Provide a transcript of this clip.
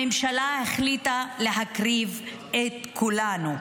הממשלה החליטה להקריב את כולנו,